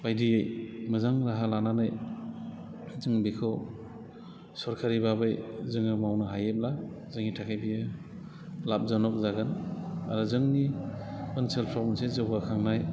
बायदियै मोजां राहा लानानै जों बेखौ सरखारि बा बे जोङो मावनो हायोब्ला जोंनि थाखाय बेयो लाबजनक जागोन आरो जोंनि ओनसोलफोराव मोनसे जौगाखांनाय